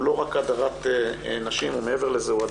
הוא לא רק הדרת נשים אלא הוא מעבר לזה,